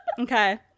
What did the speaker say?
Okay